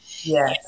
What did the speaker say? Yes